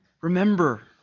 remember